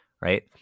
right